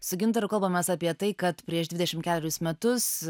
su gintaru kalbamės apie tai kad prieš dvidešimt ketverius metus